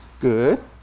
good